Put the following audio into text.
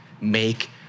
make